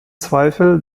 zweifel